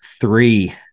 three